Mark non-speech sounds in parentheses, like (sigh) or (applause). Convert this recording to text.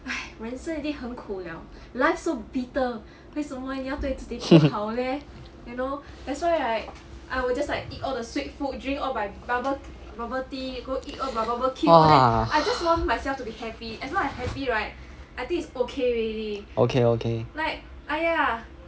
(laughs) !wah! okay okay